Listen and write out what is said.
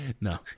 No